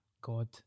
God